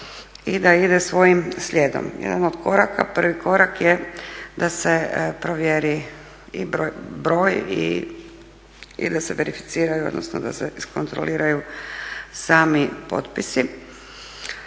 i da ide svojim slijedom. Jedan od koraka, prvi korak je da se provjeri broj i da se verificiraju, odnosno da se iskontroliraju sami potpisi.